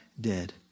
dead